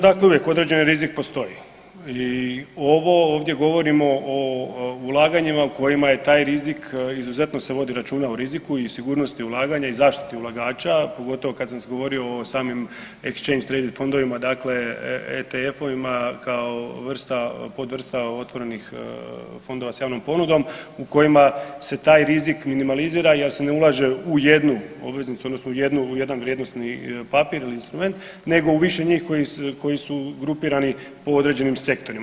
Dakle uvijek određeni rizik postoji i ovo, ovdje govorimo o ulaganjima u kojima je taj rizik, izuzetno se vodi računa o riziku i sigurnosti ulaganja i zaštiti ulagača, pogotovo kad sam govorio o samim Exchange Traded fondovima, dakle ETF-ovima kao vrsta, podvrsta otvorenih fondova s javnom ponudom u kojima se taj rizik minimalizira jer se ne ulaže u jednu obveznicu, odnosno u jedan vrijednosni papir ili instrument nego u više njih koji su grupirani po određenim sektorima.